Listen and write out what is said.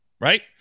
right